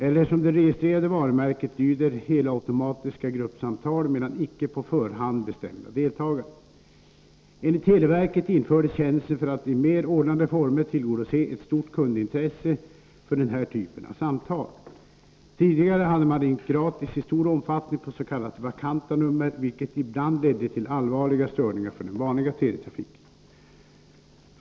Eller som det registrerade varumärket lyder: ”Helautomatiska gruppsamtal mellan icke på förhand bestämda deltagare.” Enligt televerket infördes tjänsten för att i mer ordnade former tillgodose ett stort kundintresse för den här typen av samtal. Tidigare hade man ringt gratis i stor omfattning på s.k. vakanta nummer, vilket ibland ledde till allvarliga störningar för den vanliga teletrafiken.